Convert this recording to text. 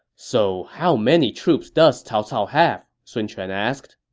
so how many troops does cao cao have? sun quan asked